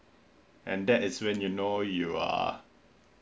and that is when you know you are